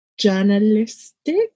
journalistic